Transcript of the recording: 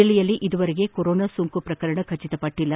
ಜಿಲ್ಲೆಯಲ್ಲಿ ಇದುವರೆಗೆ ಕೊರೊನಾ ಸೋಂಕು ಪ್ರಕರಣ ದೃಢಪಟ್ಟಲ್ಲ